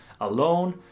alone